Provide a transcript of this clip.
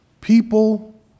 People